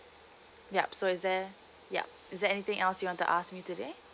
yup so is there yup is there anything else you want to ask me today